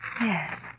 Yes